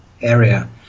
area